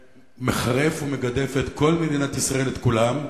שמחרף ומגדף את כל מדינת ישראל, את כולם,